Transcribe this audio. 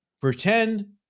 Pretend